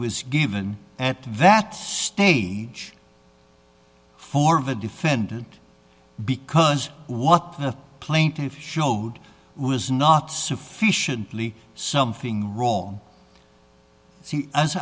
was given at that stage four of a defendant because what the plaintiffs showed was not sufficiently something wrong as